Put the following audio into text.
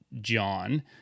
John